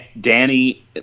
Danny